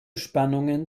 spannungen